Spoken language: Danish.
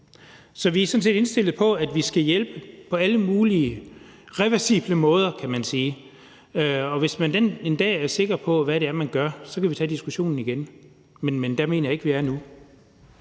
Så vi er sådan set indstillet på, at vi skal hjælpe på alle mulige reversible måder, kan man sige. Og hvis man en dag er sikker på, hvad det er, man gør, kan vi tage diskussionen igen. Men der mener jeg ikke at vi er nu.